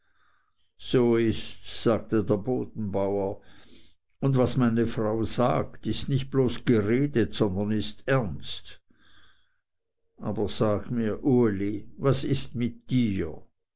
so ists sagte der bodenbauer und was meine frau sagt ist nicht bloß geredet sondern ist ernst aber sag mir uli was ist mit dir